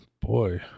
boy